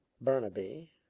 burnaby